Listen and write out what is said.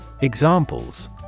Examples